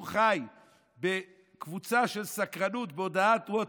חי בקבוצה של סקרנות בהודעת ווטסאפ.